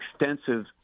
extensive